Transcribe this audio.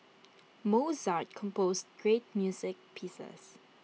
Mozart composed great music pieces